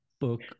book